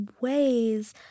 ways